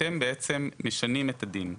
אתם בעצם משנים את הדין.